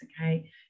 Okay